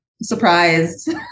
surprised